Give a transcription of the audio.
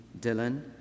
Dylan